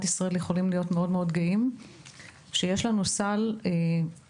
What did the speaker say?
ישראל יכולים להיות מאוד גאים שיש לנו סל מהרחבים,